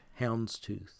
houndstooth